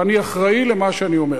ואני אחראי למה שאני אומר.